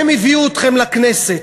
הם הביאו אתכם לכנסת,